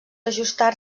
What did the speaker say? ajustar